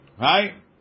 Right